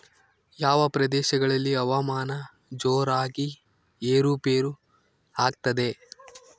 ಯಾವ ಪ್ರದೇಶಗಳಲ್ಲಿ ಹವಾಮಾನ ಜೋರಾಗಿ ಏರು ಪೇರು ಆಗ್ತದೆ?